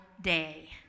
day